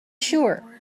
sure